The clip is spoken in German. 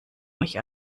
euch